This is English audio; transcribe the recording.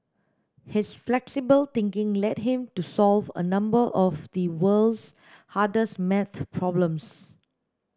his flexible thinking led him to solve a number of the world's hardest maths problems